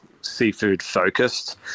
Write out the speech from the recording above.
seafood-focused